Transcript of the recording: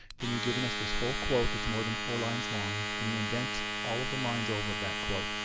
then you're giving us this whole quote that's more than four lines long. then you indent all of the lines over of that quote,